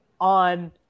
on